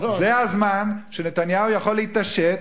זה הזמן שנתניהו יכול להתעשת,